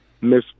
miss